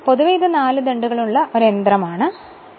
പൊതുവേ ഇത് ഒരു 4 ദണ്ഡുകൾ ഉള്ള യന്ത്രം ആണെന്ന് നമ്മൾ കണ്ടെത്തുന്നു